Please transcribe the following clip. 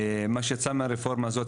ומה שיצא מהרפורמה הזאת,